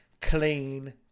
clean